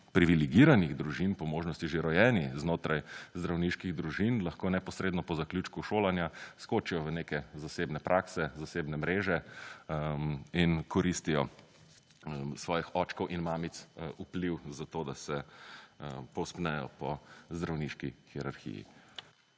privilegiranih družbin po možnosti že rojeni znotraj zdravniških družin lahko neposredno po zaključku šolanja skočijo v neke zasebne prakse, zasebne mreže in koristijo svojih očkov in mamic vpliv za to, da se povzpnejo po zdravniški hierarhiji.